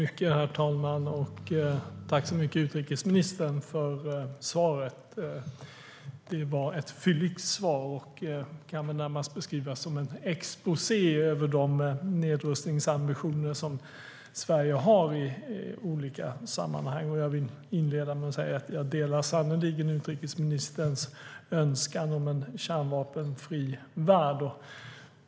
Herr talman! Tack så mycket, utrikesministern, för svaret! Det var ett fylligt svar; det kan väl närmast beskrivas som en exposé över de nedrustningsambitioner som Sverige har i olika sammanhang. Jag vill inleda med att säga att jag sannerligen delar utrikesministerns önskan om en kärnvapenfri värld.